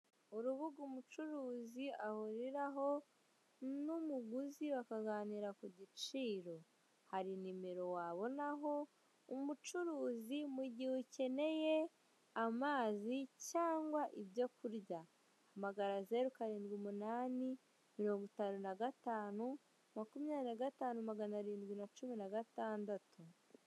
Urubuga umucuruzi ahuriraho n'umuguzi bakaganira ku giciro, hari nimero wabonaho umucuruzi mu gihe ukeneye amazi cyangwa ibyo kurya, hamagara zero karindwi umunani, mirongo itanu na gatanu makumyabiri na gatanu magana arindwi na cumi na gatandatu.